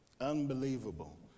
Unbelievable